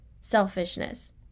selfishness